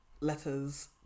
letters